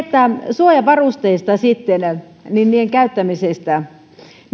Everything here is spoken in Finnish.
suojavarusteista sitten niiden käyttämisestä